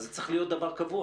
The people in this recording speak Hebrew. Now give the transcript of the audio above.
אז זה צריך להיות דבר קבוע.